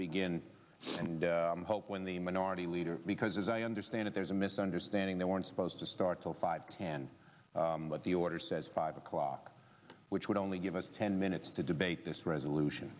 begin and i hope when the minority leader because as i understand it there's a misunderstanding they weren't supposed to start till five can what the order says five o'clock which would only give us ten minutes to debate this resolution